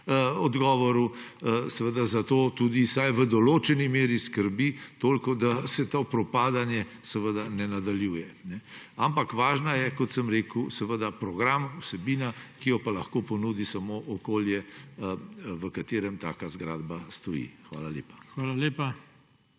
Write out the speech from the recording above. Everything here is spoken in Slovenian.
odgovoru, zato tudi vsaj v določeni meri skrbi toliko, da se to propadanje ne nadaljuje. Ampak važen je, kot sem rekel, program, vsebina, ki jo pa lahko ponudi samo okolje, v katerem taka zgradba stoji. Hvala lepa.